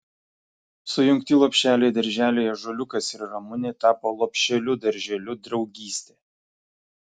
sujungti lopšeliai darželiai ąžuoliukas ir ramunė tapo lopšeliu darželiu draugystė